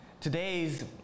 Today's